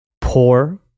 poor